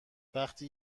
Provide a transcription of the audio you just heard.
وقتی